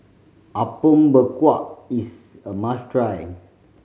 Apom Berkuah is a must try